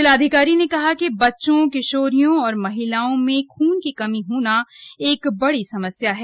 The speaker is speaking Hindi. जिलाधिकारी ने कहा कि बच्चों किशारियों और महिलाओं में खून की कमी होना एक बडी समस्या है